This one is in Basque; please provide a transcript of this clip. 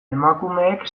emakumeek